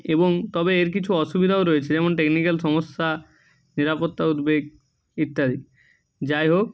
এবং তবে এর কিছু অসুবিধাও রয়েছে যেমন টেকনিক্যাল সমস্যা নিরাপত্তা উদ্বেগ ইত্যাদি যাই হোক